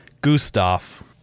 Gustav